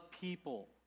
people